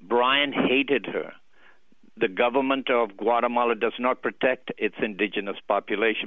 brian hated her the government of guatemala does not protect its indigenous population